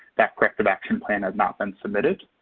that corrective action plan has not been submitted.